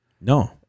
No